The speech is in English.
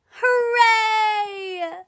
hooray